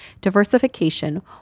Diversification